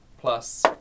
plus